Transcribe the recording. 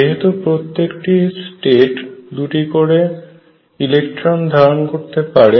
যেহেতু প্রত্যেকটি স্টেট দুটি করে ইলেকট্রন ধারণ করতে পারে